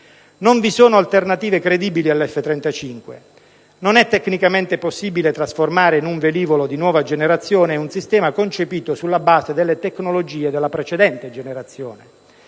Non vi sono alternative credibili all'F-35. Non è tecnicamente possibile trasformare in un velivolo di nuova generazione un sistema concepito sulla base delle tecnologie della precedente generazione.